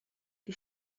die